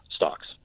stocks